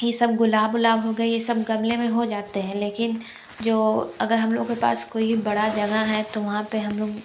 ये सब गुलाब उलाब हो गए ये सब गमले में हो जाते हैं लेकिन जो अगर हम लोगों के पास कोई बड़ा जगह है तो वहाँ पर हम लोग